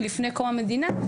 מלפני קום המדינה.